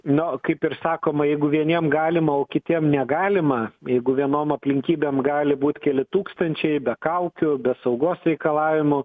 na kaip ir sakoma jeigu vieniem galima o kitiem negalima jeigu vienom aplinkybėm gali būt keli tūkstančiai be kaukių be saugos reikalavimų